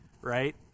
right